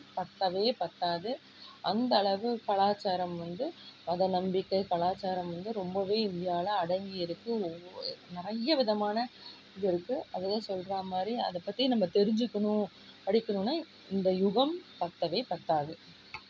பத்தவே பத்தாது அந்த அளவு கலாச்சாரம் வந்து மத நம்பிக்கை கலாச்சாரம் வந்து ரொம்பவே இந்தியாவில் அடங்கி இருக்குது ஒவ்வெ நிறைய விதமான இது இருக்குது அதுவே சொல்ற மாதிரி அதை பற்றி நம்ம தெரிஞ்சுக்கணும் படிக்கணும்ன்னா இந்த யுகம் பத்தவே பத்தாது